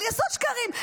על יסוד שקרים.